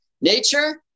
nature